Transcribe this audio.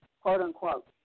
quote-unquote